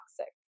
toxic